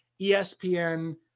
ESPN